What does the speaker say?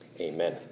Amen